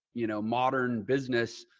you know, modern business.